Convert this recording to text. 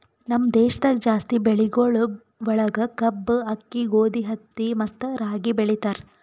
ನಮ್ ದೇಶದಾಗ್ ಜಾಸ್ತಿ ಬೆಳಿಗೊಳ್ ಒಳಗ್ ಕಬ್ಬು, ಆಕ್ಕಿ, ಗೋದಿ, ಹತ್ತಿ ಮತ್ತ ರಾಗಿ ಬೆಳಿತಾರ್